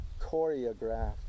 choreographed